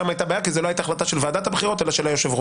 שם הייתה בעיה כי זו לא הייתה החלטה של ועדת הבחירות אלא של היושב-ראש.